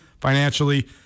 financially